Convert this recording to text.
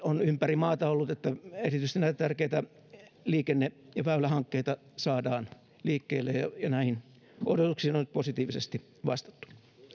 on ympäri maata ollut että erityisesti näitä tärkeitä liikenne ja väylähankkeita saadaan liikkeelle näihin odotuksiin on nyt positiivisesti vastattu